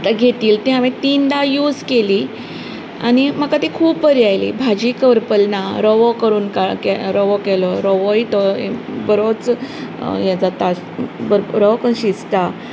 तें घेतिल्लें तें हांवेन तिनदा यूज केली आनी म्हाका ती खूब बरी आयली भाजी करपले ना रोवो करून काडलो रोवो केलो रवोय तो बरोच हें जाता बरो करून शिजता